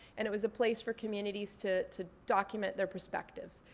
and it was a place for communities to to document their perspectives.